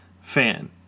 fan